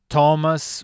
Thomas